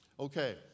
Okay